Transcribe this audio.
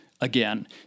again